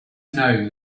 known